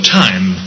time